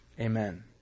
Amen